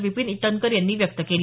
विपिन ईटनकर यांनी व्यक्त केली